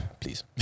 please